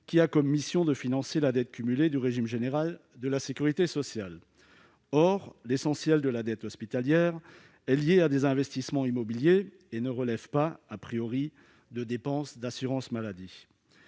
qui a comme mission de financer la dette cumulée du régime général de la sécurité sociale. Or l'essentiel de la dette hospitalière est lié à des investissements immobiliers et ne relève pas de dépenses d'assurance maladie.